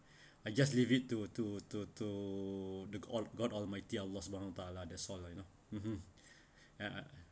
I just leave it to to to to the all god almighty allah subhanahuwataala that's all lah (uh huh)